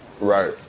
Right